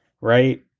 Right